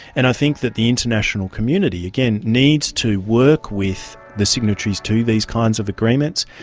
and i think that the international community, again, needs to work with the signatories to these kinds of agreements,